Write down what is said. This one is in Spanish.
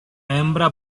hembra